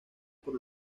por